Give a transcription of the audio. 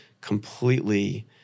completely